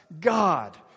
God